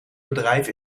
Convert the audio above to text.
bedrijf